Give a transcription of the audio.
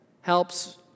helps